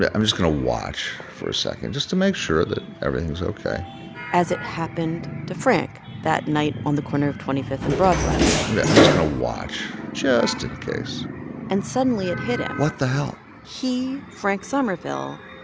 i'm just going to watch for a second just to make sure that everything's ok as it happened to frank that night on the corner of twenty fifth and broadway i'm just going to watch just in case and suddenly, it hit him what the hell? he, frank somerville,